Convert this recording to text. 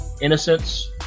Innocence